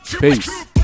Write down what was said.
peace